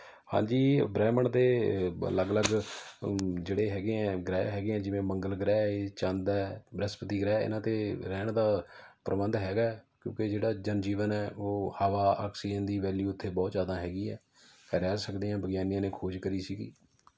ਹਾਂਜੀ ਬ੍ਰਹਿਮੰਡ ਦੇ ਅਲੱਗ ਅਲੱਗ ਜਿਹੜੇ ਹੈਗੇ ਹੈ ਗ੍ਰਹਿ ਹੈਗੇ ਹੈ ਜਿਵੇਂ ਮੰਗਲ ਗ੍ਰਹਿ ਚੰਦ ਹੈ ਬ੍ਰਹਿਸਪਤੀ ਗ੍ਰਹਿ ਇਹਨਾਂ 'ਤੇ ਰਹਿਣ ਦਾ ਪ੍ਰਬੰਧ ਹੈਗਾ ਹੈ ਕਿਉਂਕਿ ਜਿਹੜਾ ਜਨ ਜੀਵਨ ਹੈ ਉਹ ਹਵਾ ਆਕਸੀਜ਼ਨ ਦੀ ਵੈਲਯੂ ਉੱਥੇ ਬਹੁਤ ਜ਼ਿਆਦਾ ਹੈਗੀ ਹੈ ਰਹਿ ਸਕਦੇ ਹੈ ਵਿਗਿਆਨੀਆਂ ਨੇ ਖੋਜ ਕਰੀ ਸੀ